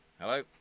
Hello